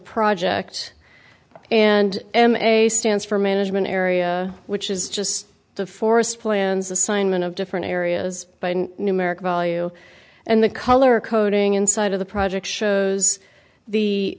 project and a stance for management area which is just the forest plans assignment of different areas by numeric value and the color coding inside of the project shows the